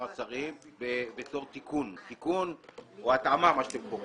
השרים בתור תיקון או התאמה כפי שאתם קוראים לה.